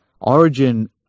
Origin